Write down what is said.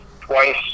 twice